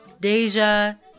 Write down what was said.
Deja